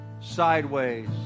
sideways